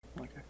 Okay